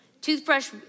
Toothbrush